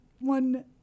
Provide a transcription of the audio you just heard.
one